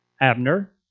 Abner